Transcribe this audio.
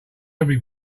every